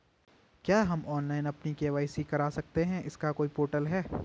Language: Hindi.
क्या हम ऑनलाइन अपनी के.वाई.सी करा सकते हैं इसका कोई पोर्टल है?